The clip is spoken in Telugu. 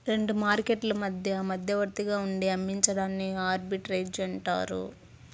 రెండు మార్కెట్లు మధ్య మధ్యవర్తిగా ఉండి అమ్మించడాన్ని ఆర్బిట్రేజ్ అంటారు